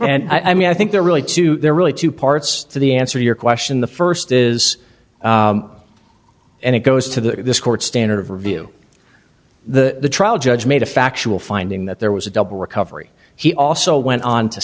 because i mean i think there are really two there are really two parts to the answer your question the first is and it goes to the this court standard of review the trial judge made a factual finding that there was a double recovery he also went on to